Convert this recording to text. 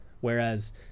whereas